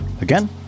Again